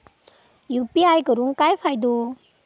UPI करून काय फायदो?